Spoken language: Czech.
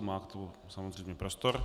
Má k tomu samozřejmě prostor.